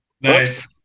Nice